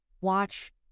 watch